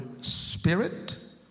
spirit